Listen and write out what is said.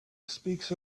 speaks